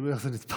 תלוי איך זה נתפס